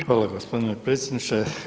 Hvala gospodine predsjedniče.